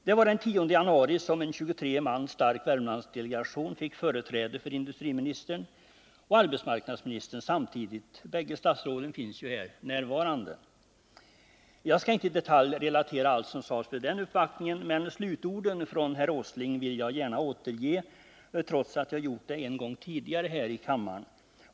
Det var den 10 januari som en 23 man stark Värmlandsdelegation fick företräde för industriministern och arbetsmarknadsministern samtidigt — bägge statsråden finns ju här närvarande. Jag skall inte här i detalj relatera allt som sades vid den uppvaktningen, men slutorden från herr Åsling vill jag gärna återge, trots att jag gjort det en gång tidigare här i kammaren.